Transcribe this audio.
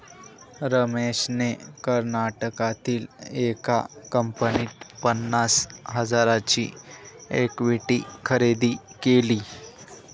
रमेशने कर्नाटकातील एका कंपनीत पन्नास हजारांची इक्विटी खरेदी केली